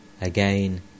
Again